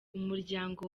umuryango